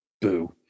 Boo